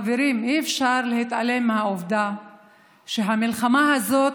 חברים, אי-אפשר להתעלם מהעובדה שהמלחמה הזאת,